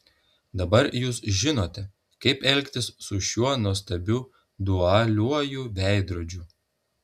dabar jūs žinote kaip elgtis su šiuo nuostabiu dualiuoju veidrodžiu